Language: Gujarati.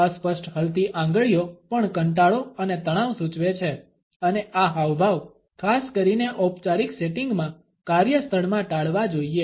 અસ્પષ્ટ હલતી આંગળીઓ પણ કંટાળો અને તણાવ સૂચવે છે અને આ હાવભાવ ખાસ કરીને ઔપચારિક સેટિંગમાં કાર્યસ્થળમાં ટાળવા જોઈએ